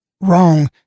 wrong